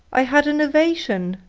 i had an ovation!